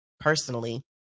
personally